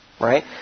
right